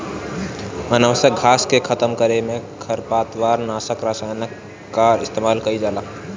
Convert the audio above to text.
अनावश्यक घास के खतम करे में खरपतवार नाशक रसायन कअ इस्तेमाल कइल जाला